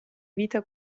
vita